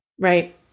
right